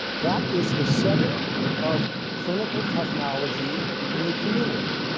that is the center of clinical technology in the community.